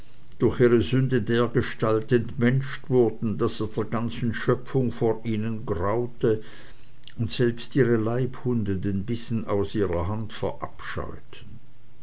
durch ihre sünde dergestalt entmenscht wurden daß es der ganzen schöpfung vor ihnen graute und selbst ihre leibhunde den bissen aus ihrer hand verabscheuten